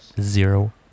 Zero